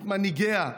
את מנהיגיה.